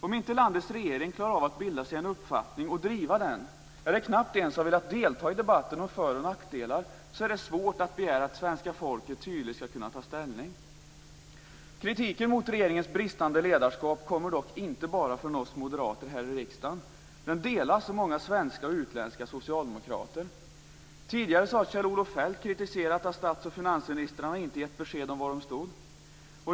Om inte landets regering klarar att bilda sig en uppfattning och driva den eller knappt ens vill delta i debatten om för och nackdelar är det svårt att begära att svenska folket tydligt skall kunna ta ställning. Kritiken mot regeringens bristande ledarskap kommer dock inte bara från oss moderater här i riksdagen utan delas av många svenska och utländska socialdemokrater. Tidigare har Kjell-Olof Feldt kritiserat att statsoch finansministrarna inte gav besked om vad de stod.